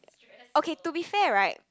okay to be fair right